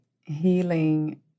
healing